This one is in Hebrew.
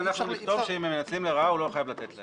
אפשר לכתוב שאם מנצלים לרעה יושב-ראש